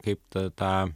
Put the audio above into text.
kaip ta tą